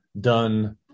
done